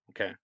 Okay